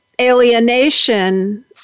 alienation